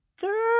girl